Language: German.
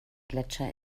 gletscher